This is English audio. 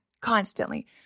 constantly